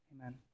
Amen